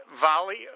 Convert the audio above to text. Volley –